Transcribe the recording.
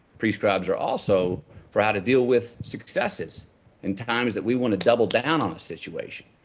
pre-scribes are also for how to deal with successes and times that we want to double down on a situation.